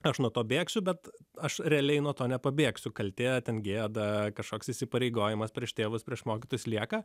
aš nuo to bėgsiu bet aš realiai nuo to nepabėgsiu kaltė gėda kažkoks įsipareigojimas prieš tėvus prieš mokytojus lieka